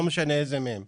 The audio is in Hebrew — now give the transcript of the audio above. לא משנה איזה מהן,